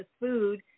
food